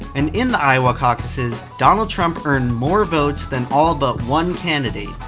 and in the iowa caucuses, donald trump earned more votes than all about one candidate.